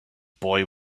boy